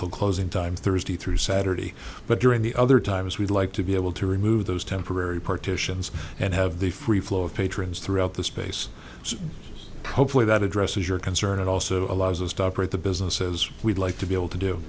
till closing time thursday through saturday but during the other times we'd like to be able to remove those temporary partitions and have the free flow of patrons throughout the space so hopefully that addresses your concern it also allows us to operate the businesses we'd like to be able to do